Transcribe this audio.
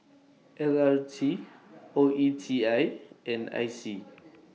L R T O E T I and I C